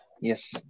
Yes